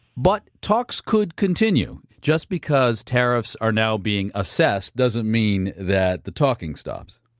but talks could continue. just because tariffs are now being assessed doesn't mean that the talking stops?